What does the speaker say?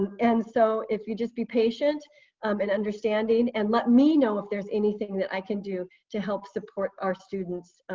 and so if you just be patient and understanding and let me know if there's anything that i can do to help support our students.